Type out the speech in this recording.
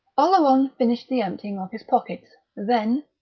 oleron finished the emptying of his pockets then,